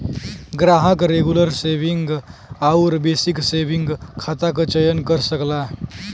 ग्राहक regular saving आउर basic saving खाता क चयन कर सकला